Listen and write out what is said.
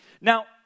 Now